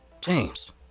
James